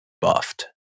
buffed